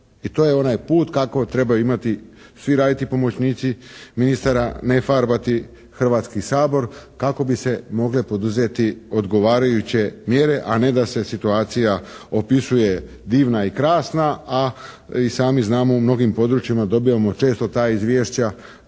i to je onaj put kako trebaju raditi svi pomoćnici ministara, ne farbati Hrvatski sabor kako bi se mogle poduzeti odgovarajuće mjere a ne da se situacija opisuje divna i krasna, a i sami znamo u mnogim područjima dobijamo često ta izvješća